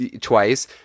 twice